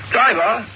Driver